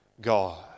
God